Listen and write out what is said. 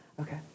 Okay